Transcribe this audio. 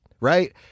Right